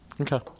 Okay